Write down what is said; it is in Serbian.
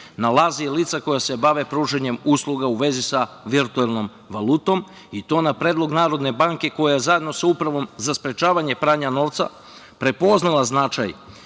nalaze lica koja se bave pružanjem usluga u vezi sa virtuelnom valutom i to na predlog NBS koja je zajedno sa Upravom za sprečavanje pranja novca prepoznala značaj